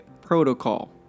protocol